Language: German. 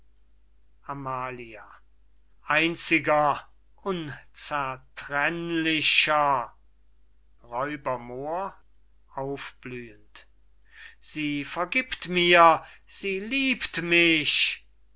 amalia einziger unzertrennlicher moor aufblühend in ekstatischer wonne sie vergibt mir sie liebt mich